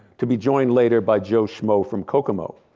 to be joined later by joe schmo from kokomo.